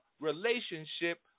relationship